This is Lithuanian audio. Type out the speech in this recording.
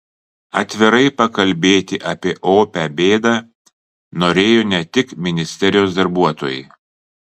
atvirai pakalbėti apie opią bėdą norėjo ne tik ministerijos darbuotojai